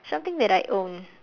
something that I own